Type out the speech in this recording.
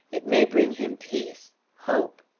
it may bring him peace hope.